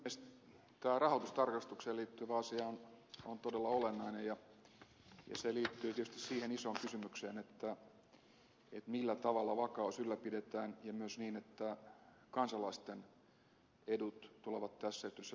tähän rahoitustarkastukseen liittyvä asia on todella olennainen ja se liittyy tietysti siihen isoon kysymykseen millä tavalla vakaus ylläpidetään ja myös niin että kansalaisten edut tulevat tässä yhteydessä turvattua